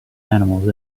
animals